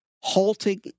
halting